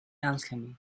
alchemy